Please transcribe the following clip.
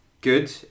Good